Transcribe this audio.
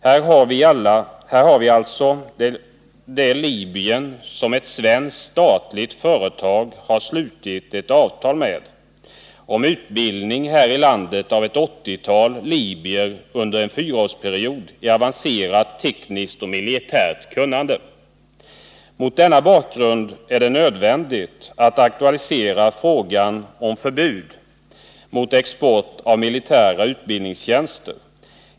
Här har vi alltså det Libyen som ett svenskt statligt företag har slutit ett avtal med om utbildning härilandet av ett 80-tal libyer under en fyraårsperiod i avancerat tekniskt och militärt kunnande. Mot denna bakgrund är det nödvändigt att aktualisera frågan om förbud mot export av militära utbildningstjänster.